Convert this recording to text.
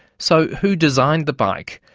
so who designed the bike?